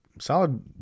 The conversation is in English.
solid